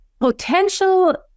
Potential